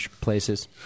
places